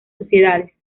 sociedades